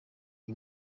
iyi